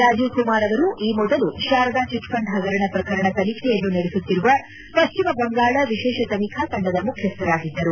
ರಾಜೀವ್ ಕುಮಾರ್ ಅವರು ಈ ಮೊದಲು ಶಾರದಾ ಚಿಟ್ಫಂಡ್ ಹಗರಣ ಪ್ರಕರಣ ತನಿಖೆಯನ್ನು ನಡೆಸುತ್ತಿರುವ ಪಶ್ಚಿಮ ಬಂಗಾಳ ವಿಶೇಷ ತನಿಖಾ ತಂಡದ ಮುಖ್ಯಸ್ಥರಾಗಿದ್ದರು